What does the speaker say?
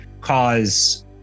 cause